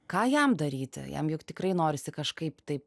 ką jam daryti jam juk tikrai norisi kažkaip tai